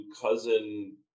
cousin